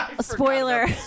spoiler